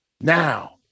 Now